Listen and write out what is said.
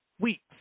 weeks